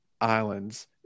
islands